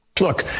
Look